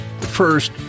first